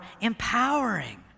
empowering